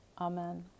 Amen